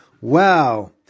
Wow